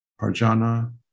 Parjana